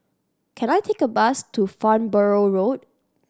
can I take a bus to Farnborough Road